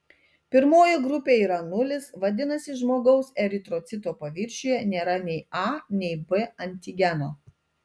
pirmoji grupė yra nulis vadinasi žmogaus eritrocito paviršiuje nėra nei a nei b antigeno